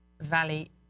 Valley